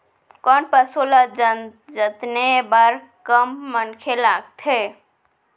कोन पसु ल जतने बर कम मनखे लागथे?